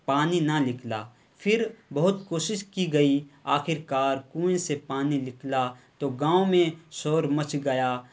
پانی نہ نکلا پھر بہت کوشش کی گئی آخر کار کنویں سے پانی نکلا تو گاؤں میں شور مچ گیا